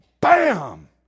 bam